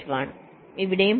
1 ആണ്